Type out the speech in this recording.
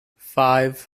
five